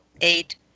eight